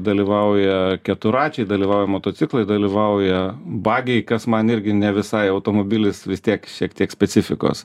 dalyvauja keturračiai dalyvauja motociklai dalyvauja bagiai kas man irgi ne visai automobilis vis tiek šiek tiek specifikos